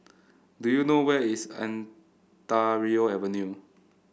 do you know where is Ontario Avenue